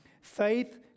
Faith